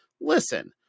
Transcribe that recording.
Listen